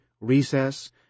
recess